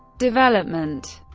development